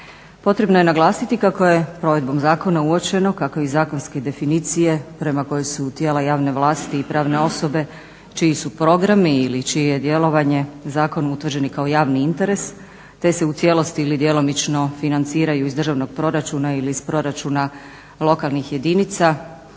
Potrebno je naglasiti kako je provedbom zakona uočeno kako iz zakonske definicije prema kojoj su tijela javne vlasti i pravne osobe čiji su programi ili čije je djelovanje zakonom utvrđeno kao javni interes te se u cijelosti ili djelomično financiraju iz državnog proračuna ili iz proračuna lokalnih jedinica